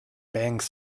banks